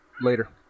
Later